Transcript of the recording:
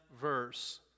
verse